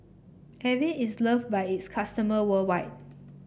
Avene is loved by its customer worldwide